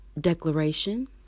declaration